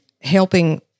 helping